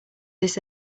this